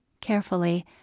Carefully